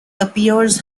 appears